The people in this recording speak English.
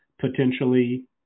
potentially